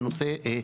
בנושא.